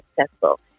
successful